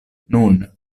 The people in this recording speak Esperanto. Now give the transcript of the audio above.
nun